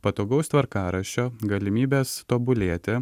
patogaus tvarkaraščio galimybės tobulėti